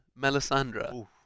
Melisandre